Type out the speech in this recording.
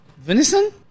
Venison